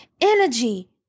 energy